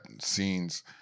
scenes